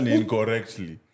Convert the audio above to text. incorrectly